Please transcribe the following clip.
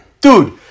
Dude